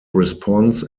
response